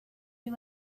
you